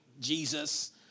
Jesus